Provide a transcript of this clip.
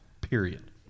Period